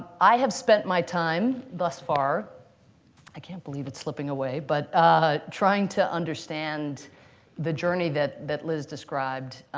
i have spent my time thus far i can't believe it's slipping away, but ah trying to understand the journey that that liz described,